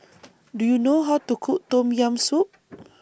Do YOU know How to Cook Tom Yam Soup